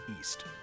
East